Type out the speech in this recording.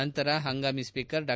ನಂತರ ಹಂಗಾಮಿ ಸ್ಪೀಕರ್ ಡಾ